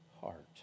heart